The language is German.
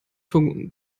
von